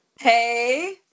Hey